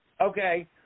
Okay